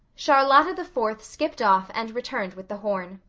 charlotta the fourth skipped off and returned with the horn.